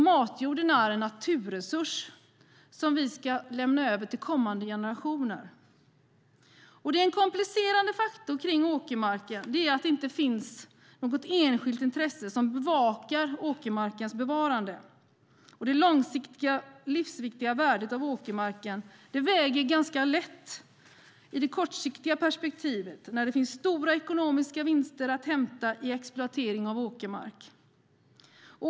Matjorden är en naturresurs som vi ska lämna över till kommande generationer. En komplicerande faktor när det gäller åkermarken är att det inte finns något enskilt intresse som bevakar åkermarkens bevarande. Det långsiktiga, livsviktiga värdet av åkermarken väger ganska lätt i det kortsiktiga perspektivet när det finns stora ekonomiska vinster att hämta i exploatering av åkermark.